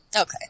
Okay